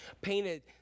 painted